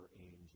angel